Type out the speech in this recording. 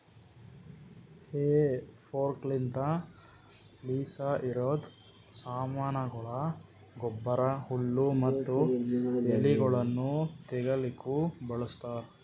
ಹೇ ಫೋರ್ಕ್ಲಿಂತ ಲೂಸಇರದ್ ಸಾಮಾನಗೊಳ, ಗೊಬ್ಬರ, ಹುಲ್ಲು ಮತ್ತ ಎಲಿಗೊಳನ್ನು ತೆಗಿಲುಕ ಬಳಸ್ತಾರ್